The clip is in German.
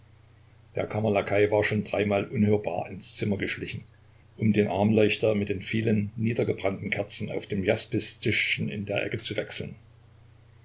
der kammerlakai war schon dreimal unhörbar ins zimmer geschlichen um den armleuchter mit den vielen niedergebrannten kerzen auf dem jaspistischchen in der ecke zu wechseln